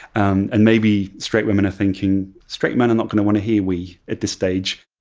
um and maybe straight women are thinking straight men are not going to want to hear we at this stage.